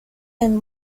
and